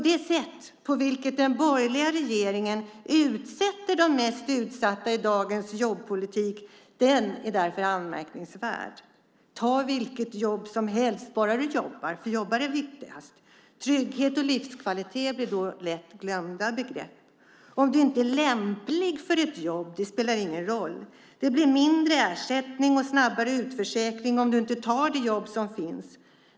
Det sätt på vilket den borgerliga regeringen utsätter de mest utsatta i dagens jobbpolitik är därför anmärkningsvärt. Man säger: Ta vilket jobb som helst bara du jobbar! Att jobba är viktigast. Trygghet och livskvalitet blir då lätt glömda begrepp. Om du inte är lämplig för ett jobb spelar ingen roll. Det blir mindre ersättning och snabbare utförsäkring om du inte tar det jobb som finns.